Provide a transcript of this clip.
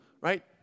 right